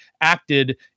acted